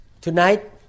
tonight